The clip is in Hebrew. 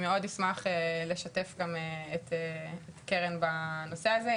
אני מאוד אשמח לשתף גם את הקרן בנושא הזה,